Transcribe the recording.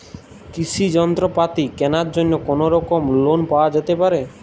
কৃষিযন্ত্রপাতি কেনার জন্য কোনোরকম লোন পাওয়া যেতে পারে?